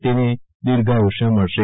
તેને દીર્ધાયુષ્ય મળશે